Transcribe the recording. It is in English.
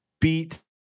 beat